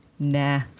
Nah